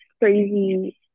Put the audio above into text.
crazy